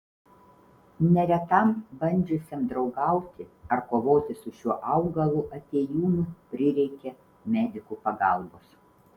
neretam bandžiusiam draugauti ar kovoti su šiuo augalu atėjūnu prireikė medikų pagalbos